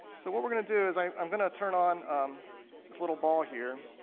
so what we're going to do is i'm gonna turn on this little ball here,